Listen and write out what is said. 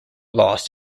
lost